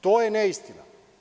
To je neistina.